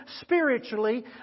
spiritually